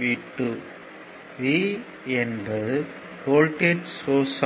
V2 V என்பது voltage source ஆகும்